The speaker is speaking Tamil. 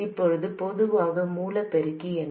இப்போது பொதுவான மூல பெருக்கி என்ன